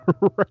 Right